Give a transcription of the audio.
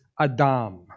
Adam